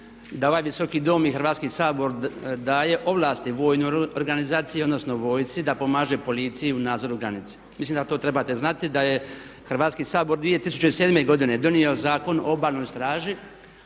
da ovaj Visoki dom i Hrvatski sabor daje ovlasti vojnoj organizaciji odnosno vojsci da pomaže policiji u nadzoru granice. Mislim da to trebate znati da je Hrvatski sabor 2007. godine donio Zakon o Obalnoj straži